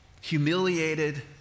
Humiliated